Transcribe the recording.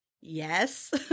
Yes